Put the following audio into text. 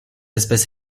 espèce